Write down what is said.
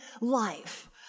life